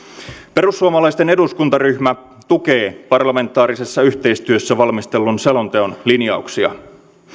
perussuomalaisten eduskuntaryhmä tukee parlamentaarisessa yhteistyössä valmistellun selonteon linjauksia